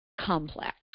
complex